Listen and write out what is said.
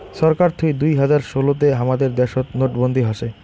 ছরকার থুই দুই হাজার ষোলো তে হামাদের দ্যাশোত নোটবন্দি হসে